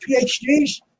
PhDs